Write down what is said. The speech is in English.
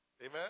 Amen